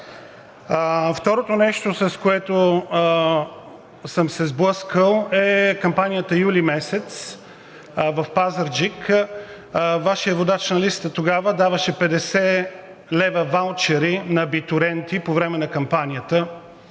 Второто нещо, с което съм се сблъскал, е в кампанията юли месец – в Пазарджик Вашият водач на листата тогава даваше 50 лв. ваучери на абитуриенти по време на кампанията.